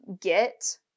get